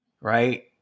right